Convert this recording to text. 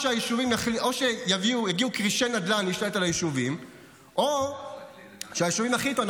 או שיגיעו כרישי נדל"ן שישתלטו על היישובים או שהיישובים יחליטו: